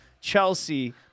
Chelsea